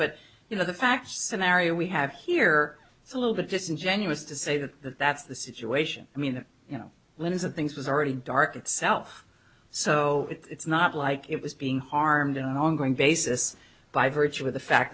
but you know the fact scenario we have here it's a little bit disingenuous to say that that that's the situation i mean you know linens and things was already dark itself so it's not like it was being harmed in an ongoing basis by virtue of the fact